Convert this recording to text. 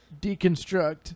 deconstruct